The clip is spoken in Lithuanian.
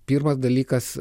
pirmas dalykas